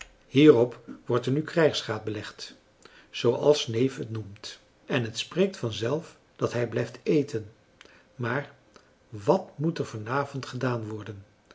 hierop wordt er nu krijgsraad belegd zooals neef het noemt en het spreekt vanzelf dat hij blijft eten maar wat moet er vanavond gedaan worden